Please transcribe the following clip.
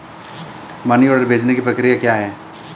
Money order भेजने की प्रक्रिया क्या है?